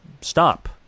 stop